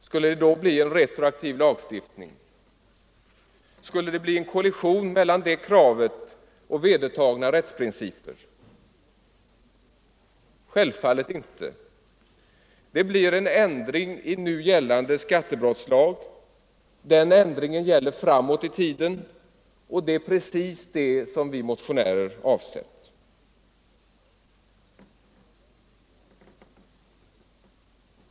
Skulle det då bli en retroaktiv lagstiftning? Skulle det bli en kollision mellan det kravet och vedertagna rättsprinciper? Självfallet inte. Det blir en ändring i nu gällande skattebrottslag. Den ändringen gäller framåt i tiden, och det är precis vad vi motionärer avsett.